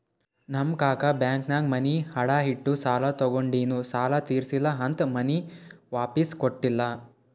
ನಮ್ ಕಾಕಾ ಬ್ಯಾಂಕ್ನಾಗ್ ಮನಿ ಅಡಾ ಇಟ್ಟು ಸಾಲ ತಗೊಂಡಿನು ಸಾಲಾ ತಿರ್ಸಿಲ್ಲಾ ಅಂತ್ ಮನಿ ವಾಪಿಸ್ ಕೊಟ್ಟಿಲ್ಲ